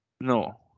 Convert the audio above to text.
No